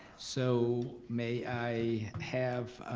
so may i have